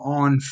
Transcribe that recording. on